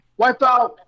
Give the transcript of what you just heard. Wipeout